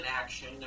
action